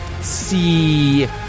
see